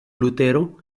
lutero